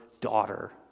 daughter